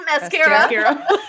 mascara